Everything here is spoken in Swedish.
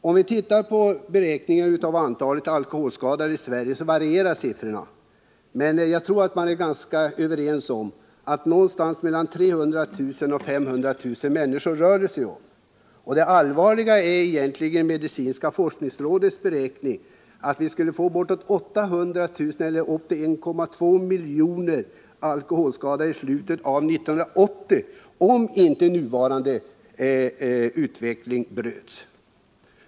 Om man ser på beräkningar av antalet alkoholskadade i Sverige så varierar siffrorna, men jag tror att vi kan vara ganska överens om att det rör sig om något mellan 300 000 och 500 000 människor. Det allvarliga är emellertid att statens medicinska forskningsråd har räknat ut att vi skulle få mellan 800 000 och 1,2 miljoner alkoholskadade i slutet av 1980-talet, om den nuvarande utvecklingen inte bryts.